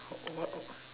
w~ what